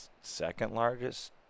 second-largest